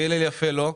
והילל יפה לא?